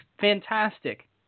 fantastic